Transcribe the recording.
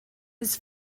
his